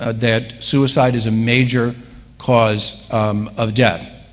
ah that suicide is a major cause of death.